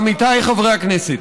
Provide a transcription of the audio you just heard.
עמיתיי חברי הכנסת,